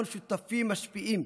אנחנו שותפים משפיעים